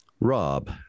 Rob